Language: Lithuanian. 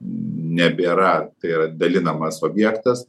nebėra tai yra dalinamas objektas